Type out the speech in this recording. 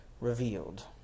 revealed